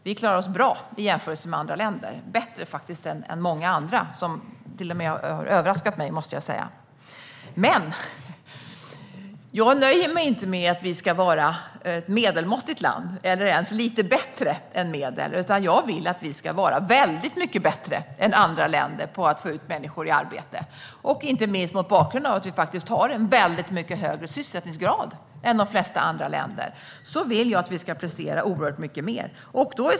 Vi klarar oss bra i jämförelse med andra länder, faktiskt bättre än många andra, vilket jag måste säga till och med har överraskat mig. Jag nöjer mig dock inte med att vi ska vara ett medelmåttigt land eller ens lite bättre än medel. Jag vill att vi ska vara väldigt mycket bättre än andra länder på att få ut människor i arbete, inte minst mot bakgrund av vi har en mycket högre sysselsättningsgrad än de flesta andra länder. Därför vill jag att vi ska prestera oerhört mycket mer.